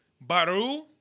Baru